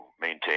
maintain